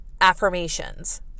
affirmations